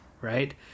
Right